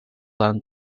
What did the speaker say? land